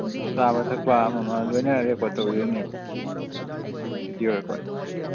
ꯆꯥꯕ ꯊꯛꯄ ꯑꯃꯃ ꯂꯣꯏꯅ ꯔꯦꯀꯣꯔꯠ ꯇꯧꯗꯣꯏꯅꯦꯕ ꯕꯤꯗꯤꯑꯣ ꯔꯦꯀꯣꯔꯠ